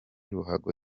ruhago